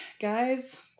Guys